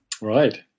right